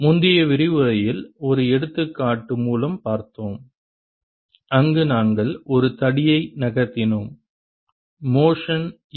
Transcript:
முந்தைய விரிவுரையில் ஒரு எடுத்துக்காட்டு மூலம் பார்த்தோம் அங்கு நாங்கள் ஒரு தடியை நகர்த்தினோம் மோஷன் ஈ